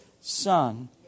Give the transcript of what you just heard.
Son